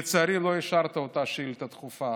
לצערי לא אישרת את אותה שאילתה דחופה,